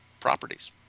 properties